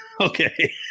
Okay